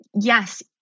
yes